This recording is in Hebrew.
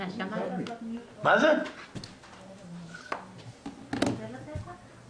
זה עוד 50% מעלות החוק, אפילו טיפה יותר.